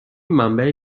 منبع